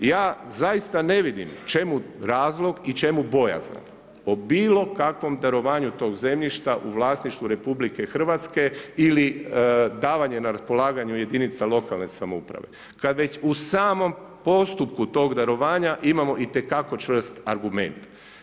Ja zaista ne vidim, čemu razlog i čemu bojazan, o bilo kakvom darovanju tog zemljišta u vlasništvu RH ili davanje na raspolaganju jedinica lokalne samouprave, kad već u samom postupku tog darovanja imamo itekako čvrst argument.